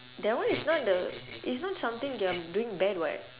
that one is not the is not something that I'm doing bad [what]